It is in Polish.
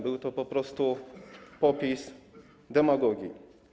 Był to po prostu popis demagogii.